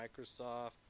Microsoft